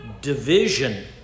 division